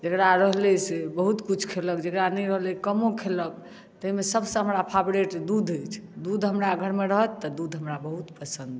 जेकरा रहलै से बहुत कुछ खेलक जेकरा नहि रहलै कमो खेलक ताहिमे सबसँ फेवरेट हमरा दूध अछि दूध हमरा घर मे रहत तऽ दूध हमरा बहुत पसन्द अछि